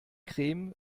creme